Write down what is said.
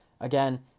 again